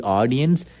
audience